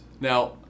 Now